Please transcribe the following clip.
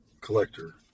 Collector